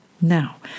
now